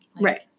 Right